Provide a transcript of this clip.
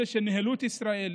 אלה שניהלו את ישראל,